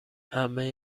عمه